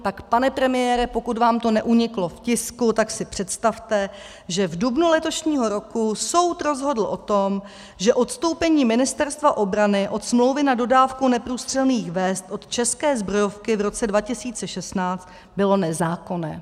Tak pane premiére, pokud vám to neuniklo v tisku, tak si představte, že v dubnu letošního roku soud rozhodl o tom, že odstoupení Ministerstva obrany od smlouvy na dodávku neprůstřelných vest od České zbrojovky v roce 2016 bylo nezákonné.